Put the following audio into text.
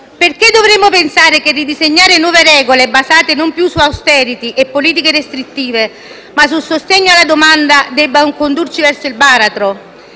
Perché dovremmo pensare che ridisegnare nuove regole basate non più su *austerity* e politiche restrittive, ma sul sostegno alla domanda, debba condurci verso il baratro?